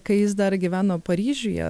kai jis dar gyveno paryžiuje